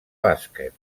bàsquet